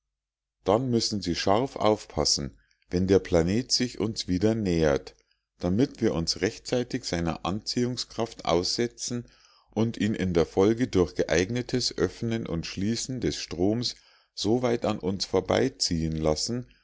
dann müssen sie scharf aufpassen wenn der planet sich uns wieder nähert damit wir uns rechtzeitig seiner anziehungskraft aussetzen und ihn in der folge durch geeignetes öffnen und schließen des stroms soweit an uns vorbeiziehen lassen